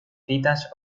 citas